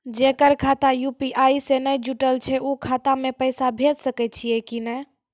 जेकर खाता यु.पी.आई से नैय जुटल छै उ खाता मे पैसा भेज सकै छियै कि नै?